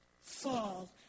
fall